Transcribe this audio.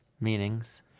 meanings